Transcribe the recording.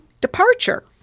departure